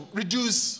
reduce